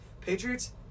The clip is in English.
Patriots